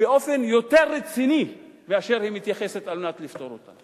באופן יותר רציני מאשר היא מתייחסת על מנת לפתור אותה.